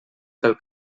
pel